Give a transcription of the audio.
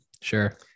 Sure